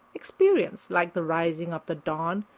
experience, like the rising of the dawn,